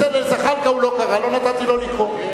לזחאלקה הוא לא קרא, לא נתתי לו לגמור.